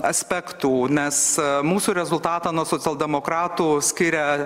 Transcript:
aspektų nes mūsų rezultatą nuo socialdemokratų skiria